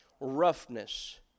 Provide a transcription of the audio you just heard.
roughness